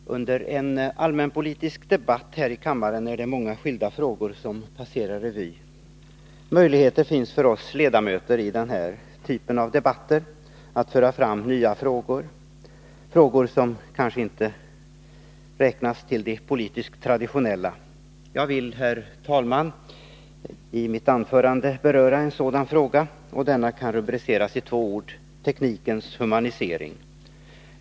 Herr talman! Under en allmänpolitisk debatt här i kammaren är det många skilda frågor som passerar revy. Möjligheter finns för oss ledamöter i den här typen av debatter att föra fram nya frågor, som kanske inte räknas till de politiskt traditionella. Jag vill, herr talman, i mitt anförande beröra en sådan fråga. Den kan rubriceras i två ord: teknikens humanisering.